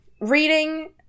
Reading